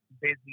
busy